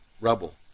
rubble